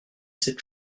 cette